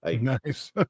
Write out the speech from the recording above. nice